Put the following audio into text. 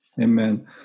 Amen